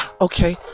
Okay